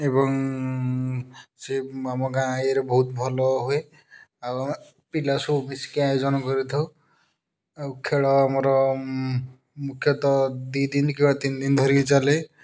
ଏବଂ ସେ ଆମ ଗାଁ ଇଏରେ ବହୁତ ଭଲ ହୁଏ ଆଉ ପିଲାସବୁ ମିଶିକି ଆୟୋଜନ କରିଥାଉ ଆଉ ଖେଳ ଆମର ମୁଖ୍ୟତଃ ଦୁଇ ଦିନ କିମ୍ବା ତିନି ଦିନ ଧରିକି ଚାଲେ